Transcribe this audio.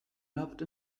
loved